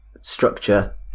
structure